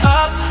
up